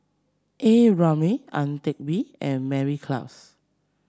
A Ramli Ang Teck Bee and Mary Klass